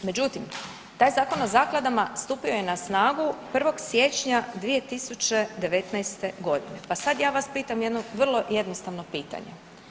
Međutim, taj Zakon o zakladama stupio je na snagu 1. siječnja 2019.g., pa sad ja vas pitam jedno vrlo jednostavno pitanje.